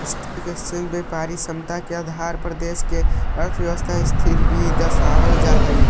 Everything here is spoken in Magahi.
स्टॉक एक्सचेंज व्यापारिक क्षमता के आधार पर देश के अर्थव्यवस्था के स्थिति के भी दर्शावऽ हई